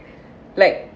like